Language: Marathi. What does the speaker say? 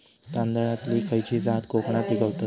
तांदलतली खयची जात कोकणात पिकवतत?